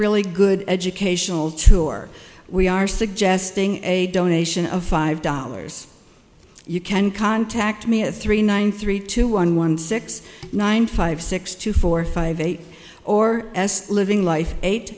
really good educational tour we are suggesting a donation of five dollars you can contact me at three nine three two one one six nine five six two four five eight or living life